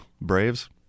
Braves